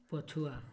ପଛୁଆ